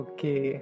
Okay